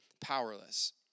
powerless